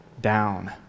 down